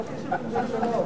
בסדר גמור.